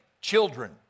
children